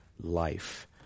life